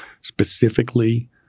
specifically